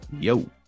Yo